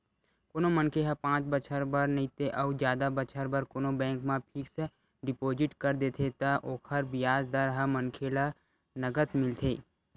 कोनो मनखे ह पाँच बछर बर नइते अउ जादा बछर बर कोनो बेंक म फिक्स डिपोजिट कर देथे त ओकर बियाज दर ह मनखे ल नँगत मिलथे